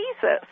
Jesus